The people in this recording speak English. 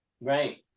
right